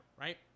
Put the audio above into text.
right